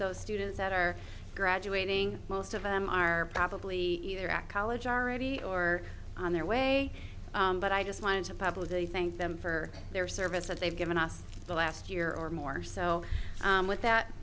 those students that are graduating most of them are probably either act college already or on their way but i just wanted to publish they thank them for their service that they've given us the last year or more so with that